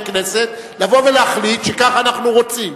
כנסת כדי לבוא ולהחליט שככה אנחנו רוצים.